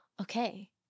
okay